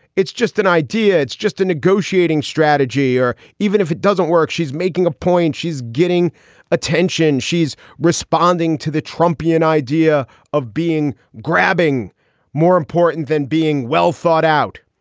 it's just an idea. it's just a negotiating strategy. or even if it doesn't work, she's making a point. she's getting attention. she's responding to the trumpian idea of being grabbing more important than being well thought out.